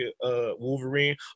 Wolverine